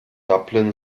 dublin